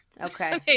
Okay